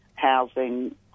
housing